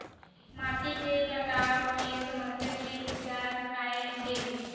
माटी के कटाव के समस्या के उपचार काय हे?